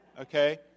Okay